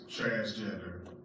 transgender